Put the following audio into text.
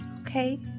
Okay